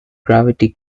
gravity